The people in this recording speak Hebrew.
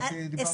ואת דיברת כבר.